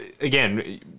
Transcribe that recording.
again